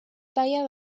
talla